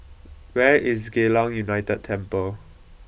where is Geylang United Temple